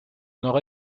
nord